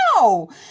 No